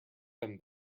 them